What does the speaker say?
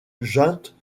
junte